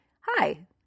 hi